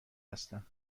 هستم